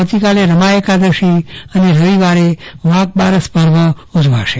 આવતીકાલે રમા એકાદશી અને રવિવારે વાગ બારસ પર્વ ઉજવાશે